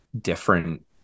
different